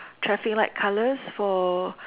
traffic lights color for